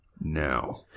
Now